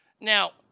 Now